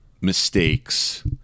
mistakes